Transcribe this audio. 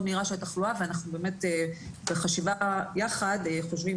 מהירה של התחלואה ואנחנו באמת בחשיבה יחד חושבים